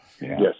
Yes